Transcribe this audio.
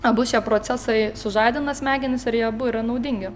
abu šie procesai sužadina smegenis ir jie abu yra naudingi